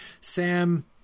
Sam